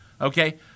okay